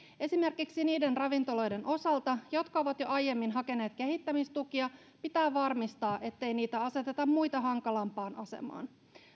esimerkiksi niiden ravintoloiden osalta jotka ovat jo aiemmin hakeneet kehittämistukia pitää varmistaa ettei niitä aseteta muita hankalampaan asemaan